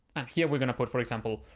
and here we're going to put, for example,